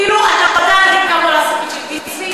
כאילו אתה יודע כמה עולה שקית "ביסלי".